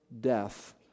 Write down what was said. death